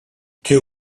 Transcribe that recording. two